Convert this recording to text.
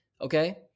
okay